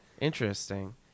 Interesting